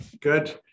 Good